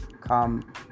come